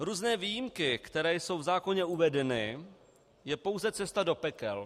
Různé výjimky, které jsou v zákoně uvedeny, je pouze cesta do pekel.